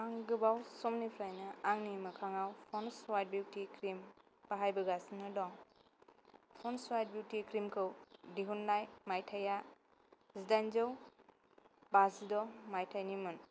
आं गोबां समनिफ्राइनो आंनि मोखाङाव फनस हवाट बिउथि बाहाय बोगासिनो दं फनस हवाट बिउथि क्रिमखौ दिहुननाय मायथाया जिडाइनजौ बाजिद' माइथायनि मोन